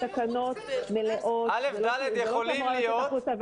אלה תקנות מלאות וזה לא שהמורה יוצאת החוצה עם